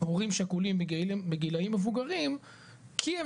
הורים שכולים מגילאים מבוגרים כי הם